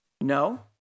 No